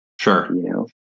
Sure